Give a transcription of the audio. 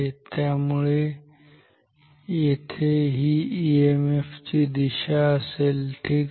त्यामुळे येथे ही ईएमएफ ची दिशा असेल ठीक आहे